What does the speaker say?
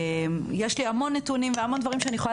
יש לי המון נתונים והמון דברים שאני יכולה